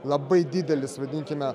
labai didelis vadinkime